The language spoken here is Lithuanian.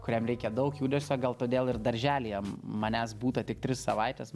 kuriam reikia daug judesio gal todėl ir darželyje manęs būta tik tris savaites